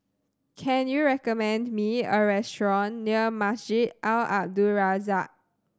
can you recommend me a restaurant near Masjid Al Abdul Razak